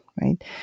right